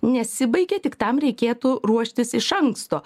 nesibaigia tik tam reikėtų ruoštis iš anksto